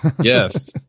Yes